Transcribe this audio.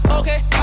Okay